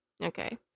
okay